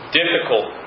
difficult